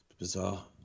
bizarre